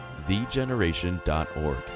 thegeneration.org